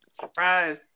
Surprise